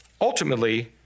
ultimately